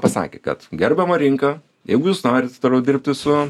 pasakė kad gerbiama rinka jeigu jūs norit dirbti su